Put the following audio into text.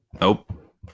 Nope